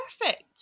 Perfect